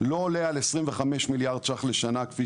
לא עולה על 25 מיליארד שקלים לשנה,